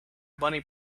bunny